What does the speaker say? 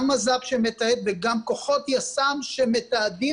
גם מז"פ שמתעד וגם כוחות יס"מ שמתעדים